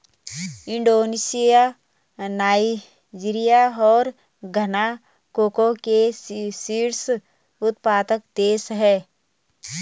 Indonesia Nigeria और Ghana cocoa के शीर्ष उत्पादक देश हैं